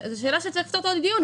זאת שאלה שצריך לפתוח לדיון,